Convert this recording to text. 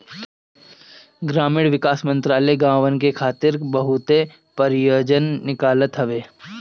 ग्रामीण विकास मंत्रालय गांवन के विकास खातिर बहुते परियोजना निकालत हवे